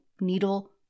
needle